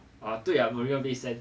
啊对呀 marina bay sands